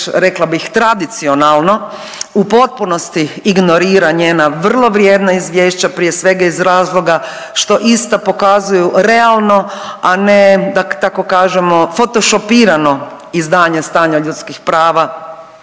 rekla bih tradicionalno u potpunosti ignorira njena vrlo vrijedna izvješća, prije svega iz razloga što ista pokazuju realno, a ne da tako kažemo fotošopirano izdanje stanja ljudskih prava